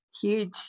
huge